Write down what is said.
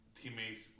teammates